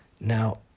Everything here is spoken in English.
Now